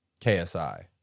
KSI